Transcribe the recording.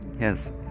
Yes